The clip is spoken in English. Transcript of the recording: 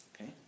Okay